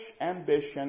ambition